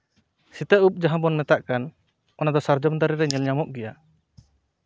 ᱥᱤᱛᱟᱹ ᱩᱵ ᱡᱟᱦᱟᱸ ᱵᱚᱱ ᱢᱮᱛᱟᱜ ᱠᱟᱱ ᱚᱱᱟᱫᱚ ᱥᱟᱨᱡᱚᱢ ᱫᱟᱨᱮ ᱨᱮ ᱧᱮᱞ ᱧᱟᱢᱚᱜ ᱜᱮᱭᱟ